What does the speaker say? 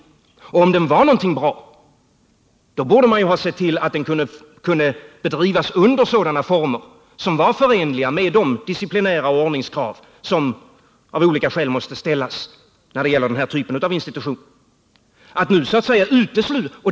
Om verksamheten var någonting bra borde man ju ha sett till att den kunde bedrivas under former som var förenliga med de disciplinära krav och ordningskrav som av olika skäl måste ställas när det gäller den här typen av institutioner.